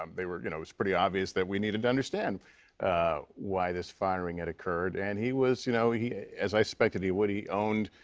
um they were you know, it was pretty obvious that we needed to understand why this firing had occurred. and he was, you know, as i suspected he would, he owned,